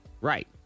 Right